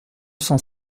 cent